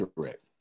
correct